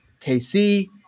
KC